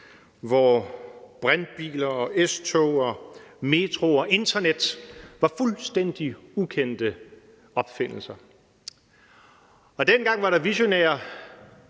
hvor brintbiler, metroer og internet var fuldstændig ukendte opfindelser. Dengang var der nogle visionære